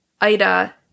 Ida